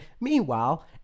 meanwhile